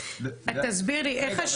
תסביר לי איך.